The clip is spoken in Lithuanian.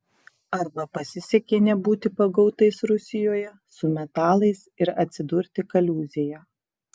arba pasisekė nebūti pagautais rusijoje su metalais ir atsidurti kaliūzėje